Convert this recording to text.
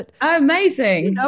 Amazing